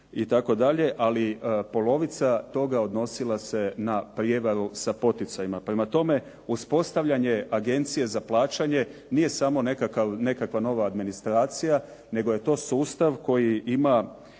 itd., ali polovica toga odnosila se na prijevaru sa poticajima. Prema tome, uspostavljanje agencije za plaćanje nije samo nekakva nova administracija nego je to sustav koji ima